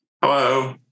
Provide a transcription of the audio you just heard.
hello